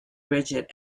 rigid